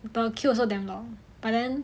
barbecue also damn long but then